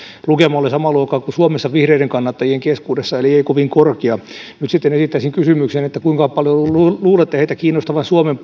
lukema oli samaa luokkaa kuin suomessa vihreiden kannattajien keskuudessa eli ei kovin korkea nyt sitten esittäisin kysymyksen kuinka paljon luulette heitä kiinnostavan suomen